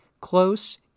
Close